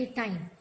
time